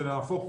אלא ההפך,